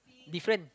different